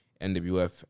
nwf